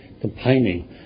Complaining